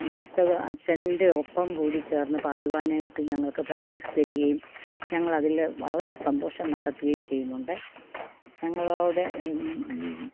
വിശുദ്ധ അച്ഛൻ്റെ ഒപ്പം കൂടി ചേർന്നു പാടുവാനായിട്ട് ഞങ്ങൾക്ക് പ്രാക്ടീസ് തരികയും ഞങ്ങളതിൽ വളരെ സന്തോഷം കണ്ടെത്തുകയും ചെയ്യുന്നുണ്ട് ഞങ്ങളോട്